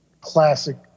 classic